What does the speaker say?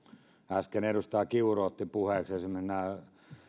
äsken edustaja kiuru otti puheeksi esimerkiksi nämä